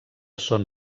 son